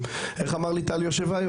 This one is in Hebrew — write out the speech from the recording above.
איך אמר לי טל יושביוב?